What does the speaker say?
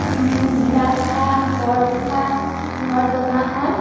ঘিলা পিঠা বৰপিঠা ঘৰত বনোৱা হয়